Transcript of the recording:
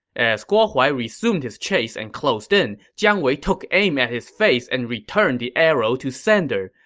as guo huai resumed his chase and closed in, jiang wei took aim at his face and returned the arrow to sender.